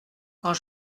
quand